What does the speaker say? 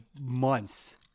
months